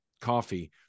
coffee